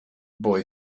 boy